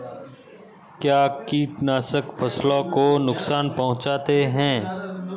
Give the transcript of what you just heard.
क्या कीटनाशक फसलों को नुकसान पहुँचाते हैं?